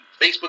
Facebook